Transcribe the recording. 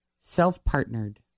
self-partnered